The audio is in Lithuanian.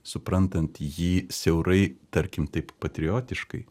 suprantant jį siaurai tarkim taip patriotiškai